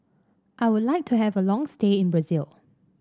I would like to have a long stay in Brazil